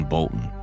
Bolton